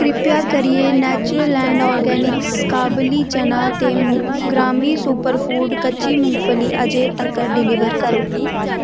किरपा करियै natural and organics काबली चना ते ग्रामी सुपरफूड कच्ची मुंगफली अजें तकर डिलीवर करो